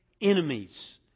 enemies